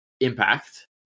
Impact